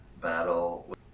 battle